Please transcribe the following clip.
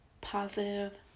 positive